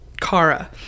Kara